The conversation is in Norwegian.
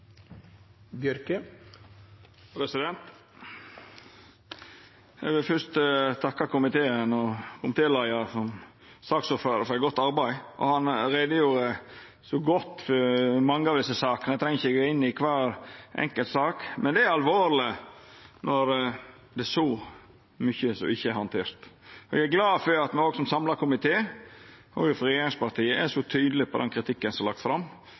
Eg vil fyrst takka komiteen og komitéleiaren som saksordførar for eit godt arbeid. Han gjorde så godt greie for mange av desse sakene at eg treng ikkje å gå inn i kvar enkelt sak. Det er alvorleg når det er så mykje som ikkje er handtert. Eg er glad for at me som samla komité, òg representantane frå regjeringspartia, er så tydelege på den kritikken som er lagd fram.